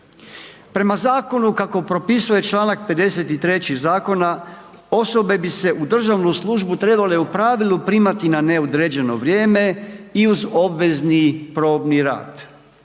Prema zakonu, kako propisuje čl. 53. zakona, osobe bi se u državnu službu trebale u pravilu primati na neodređeno vrijeme i uz obvezni probni rad.